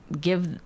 give